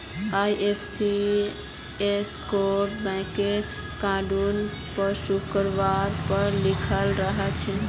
IFSC code bank अंकाउट पासबुकवर पर लिखाल रह छेक